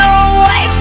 away